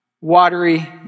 watery